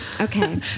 Okay